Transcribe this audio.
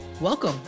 Welcome